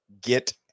get